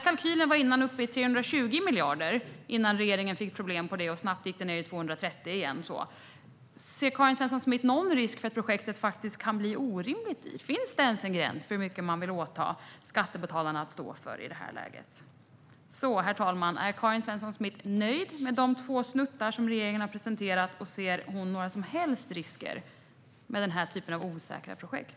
Kalkylen var uppe i 320 miljarder innan regeringen fick problem, och då gick det snabbt ned till 230 igen. Ser Karin Svensson Smith någon risk för att projektet kan bli orimligt dyrt? Finns det ens en gräns för hur mycket man vill ålägga skattebetalarna att stå för i det här läget? Herr talman! Är Karin Svensson Smith nöjd med de två snuttar som regeringen har presenterat, och ser hon några som helst risker med denna typ av osäkra projekt?